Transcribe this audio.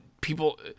people